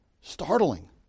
startling